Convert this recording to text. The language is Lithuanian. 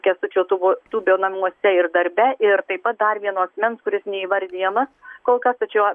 kęstučio tubo tubio namuose ir darbe ir taip pat dar vieno asmens kuris neįvardijamas kol kas tačiau